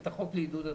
החוק לעידוד התעסוקה.